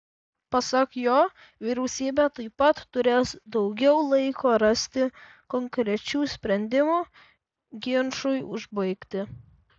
pasak jo vyriausybė taip pat turės daugiau laiko rasti konkrečių sprendimų ginčui užbaigti